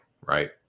right